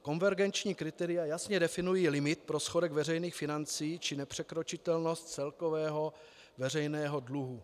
Konvergenční kritéria jasně definují limit pro schodek veřejných financí či nepřekročitelnost celkového veřejného dluhu.